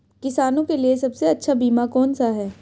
किसानों के लिए सबसे अच्छा बीमा कौन सा है?